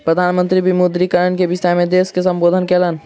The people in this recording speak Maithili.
प्रधान मंत्री विमुद्रीकरण के विषय में देश के सम्बोधित कयलैन